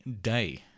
day